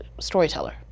storyteller